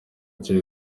nshya